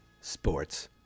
Sports